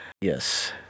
Yes